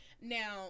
Now